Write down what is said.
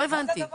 לא הבנתי.